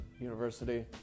University